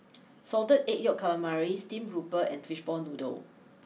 Salted Egg Yolk Calamari Steamed grouper and Fishball Noodle